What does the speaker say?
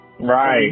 Right